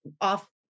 off